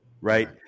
right